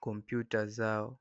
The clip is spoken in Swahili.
kompyuta zao.